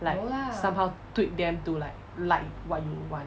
like somehow tweak them to like like what you want